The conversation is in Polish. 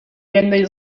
jednej